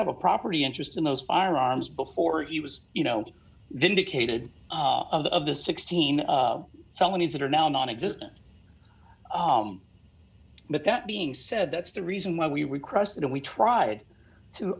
have a property interest in those firearms before he was you know vindicated of the sixteen felonies that are now nonexistent but that being said that's the reason why we recrossed and we tried to